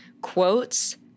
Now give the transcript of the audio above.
quotes